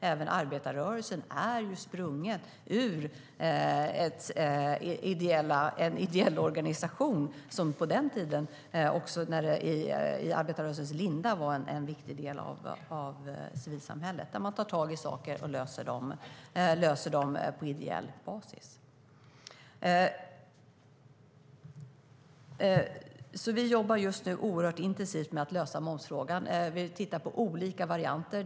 Även arbetarrörelsen är ju sprungen ur en ideell organisation som också i arbetarrörelsens linda var en viktig del av civilsamhället. Man tar tag i saker och löser dem på ideell basis. Vi jobbar just nu oerhört intensivt med att lösa momsfrågan. Vi tittar på olika varianter.